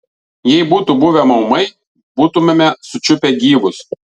jei būtų buvę maumai būtumėme sučiupę gyvus